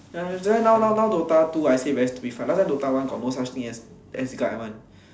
that's why now now now DOTA two I say very stupid one last time DOTA one got no such thing as as guide one